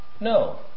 No